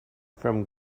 from